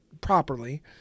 properly